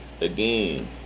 again